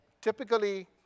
Typically